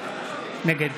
נגד